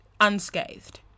unscathed